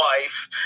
wife